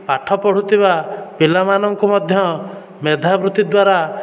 ପାଠ ପଢ଼ୁଥିବା ପିଲାମାନଙ୍କୁ ମଧ୍ୟ ମେଧାବୃତ୍ତି ଦ୍ୱାରା